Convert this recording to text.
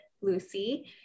Lucy